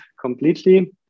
completely